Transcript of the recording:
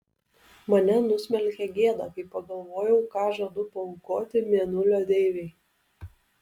mane nusmelkė gėda kai pagalvojau ką žadu paaukoti mėnulio deivei